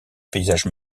paysages